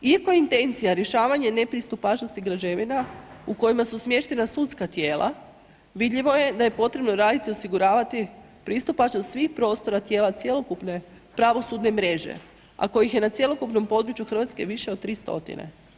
Iako je intencija rješavanje nepristupačnosti građevina u kojima su smještena sudska tijela, vidljivo je da je potrebno raditi i osiguravati pristupačnost svih prostora tijela cjelokupne pravosudne mreže, a kojih je na cjelokupnom području Hrvatske više od 3 stotine.